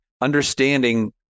understanding